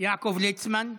יעקב ליצמן.